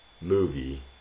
movie